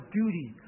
duty